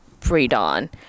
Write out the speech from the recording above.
pre-dawn